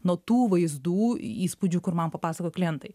nuo tų vaizdų įspūdžių kur man papasakojo klientai